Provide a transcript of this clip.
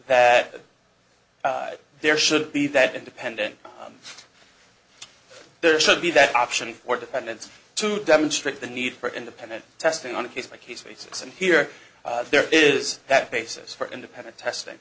that there should be that independent there should be that option for defendants to demonstrate the need for independent testing on a case by case basis and here there is that basis for independent testing